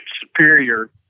superior